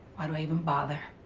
i even bother?